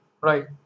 right